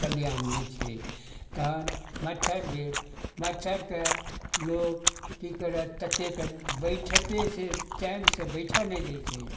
कल्याण नहि छै तहन मच्छर भेल मच्छरके लोक की करत ततेक बैठतै से चैनसँ बैठऽ नहि दै छै